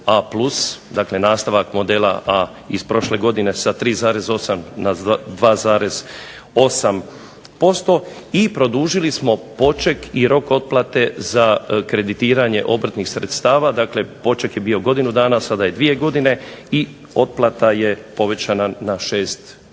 Dakle, nastavak modela A iz prošle godine sa 3,8 na 2,8% i produžili smo poček i rok otplate za kreditiranje obrtnih sredstava. Dakle, poček je bio godinu dana. Sada je dvije godine i otplata je povećana na 6